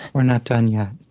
we're not done yet